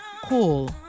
call